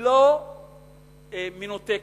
לא מנותקת.